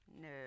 No